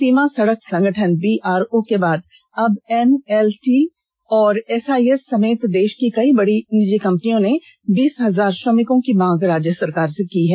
सीमा सड़क संगठन बीआरओ के बाद अब एलएनटी और एसआईएस समेत देष की कई बड़ी निजी कंपनियों ने बीस हजार श्रमिकों की मांग राज्य सरकार से की है